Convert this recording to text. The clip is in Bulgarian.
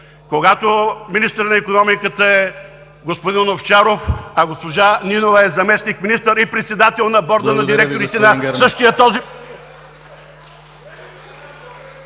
когато министър на икономиката е господин Овчаров, а госпожа Нинова е заместник-министър и председател на борда на директорите на…